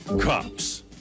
Cops